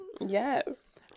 yes